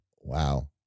Wow